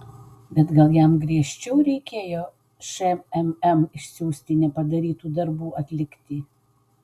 bet gal jam griežčiau reikėjo šmm išsiųsti nepadarytų darbų atlikti